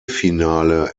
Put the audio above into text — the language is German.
finale